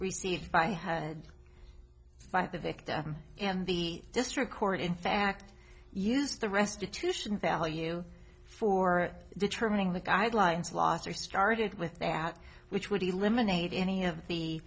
received by head by the victor and the district court in fact used the restitution value for determining the guidelines last year started with that which would eliminate any of